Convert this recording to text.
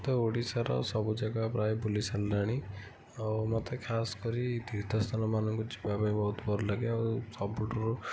ତ ଓଡ଼ିଶାର ସବୁ ଜାଗା ପ୍ରାୟ ବୁଲି ସାରିଲାଣି ଆଉ ମୋତେ ଖାସ୍ କରି ତୀର୍ଥ ସ୍ଥାନ ମାନଙ୍କରେ ଯିବାପାଇଁ ବହୁତ ଭଲଲାଗେ ଆଉ ସବୁଠାରୁ